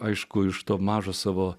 aišku iš to mažo savo